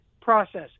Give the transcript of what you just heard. process